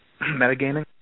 metagaming